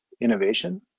innovation